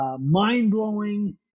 mind-blowing